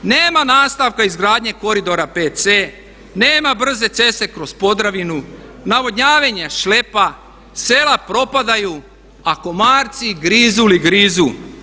Nema nastavka izgradnje koridora 5C, nema brze ceste kroz Podravinu, navodnjavanje šlepa, sela propadaju a komarci grizu li grizu.